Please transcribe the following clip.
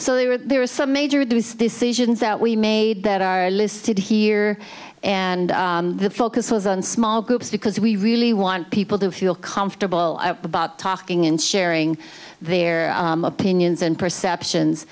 were there are some major of these decisions that we made that are listed here and the focus was on small groups because we really want people to feel comfortable about talking and sharing their opinions and perceptions